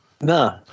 No